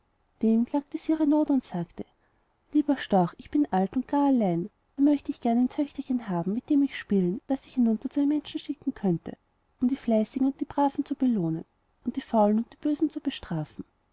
dem klagte sie ihre not und sagte lieber storch ich bin alt und gar allein da möchte ich gern ein töchterchen haben mit dem ich spielen und das ich hinunter zu den menschen schicken könnte um die fleißigen und braven zu belohnen und die faulen und bösen zu bestrafen